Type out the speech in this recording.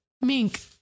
mink